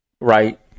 right